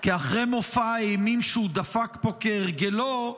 כי אחרי מופע האימים שהוא דפק פה כהרגלו,